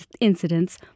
incidents